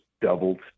doubled